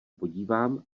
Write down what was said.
podívám